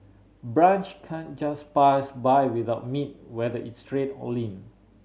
brunch can just pass by without meat whether it's red or lean